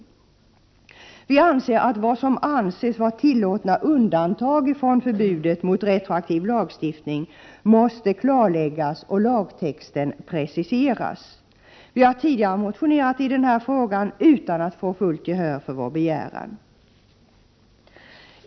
Enligt folkpartiets uppfattning måste vad som anses vara tillåtna undantag från förbudet mot retroaktiv lagstiftning klarläggas och lagtexten preciseras. Vi har tidigare motionerat i denna fråga utan att få fullt gehör för vår begäran.